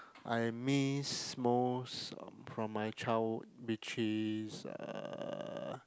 I miss most from my childhood which is uh